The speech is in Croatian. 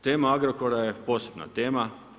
Tema Agrokora je posebna tema.